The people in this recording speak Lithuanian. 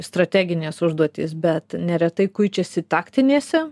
strateginės užduotys bet neretai kuičiasi taktinėse